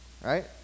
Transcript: Right